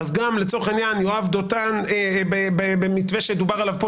גם לצורך העניין יואב דותן במתווה שדובר עליו כאן,